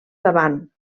davant